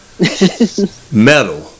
metal